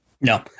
No